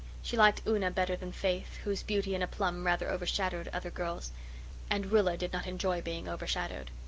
she liked una better than faith, whose beauty and aplomb rather overshadowed other girls and rilla did not enjoy being overshadowed.